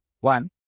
One